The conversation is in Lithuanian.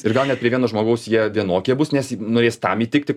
ir gal net prie vieno žmogaus jie vienokie bus nes norės tam įtikti